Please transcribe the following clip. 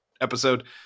episode